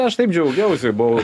aš taip džiaugiausi buvau